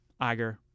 Iger